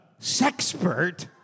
sexpert